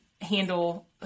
handle